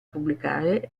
pubblicare